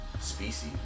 species